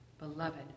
beloved